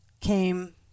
came